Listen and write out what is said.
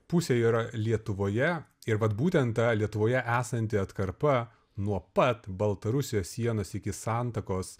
pusė yra lietuvoje ir vat būtent ta lietuvoje esanti atkarpa nuo pat baltarusijos sienos iki santakos